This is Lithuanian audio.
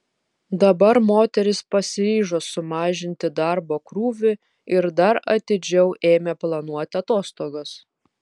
dabar moteris pasiryžo sumažinti darbo krūvį ir dar atidžiau ėmė planuoti atostogas